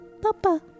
Papa